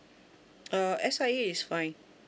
err S_I_A is fine